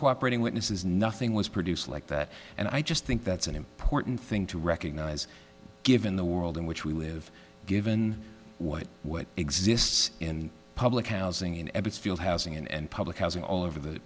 cooperation witnesses nothing was produced like that and i just think that's an important thing to recognize given the world in which we live given what exists in public housing in every field housing and public housing all over the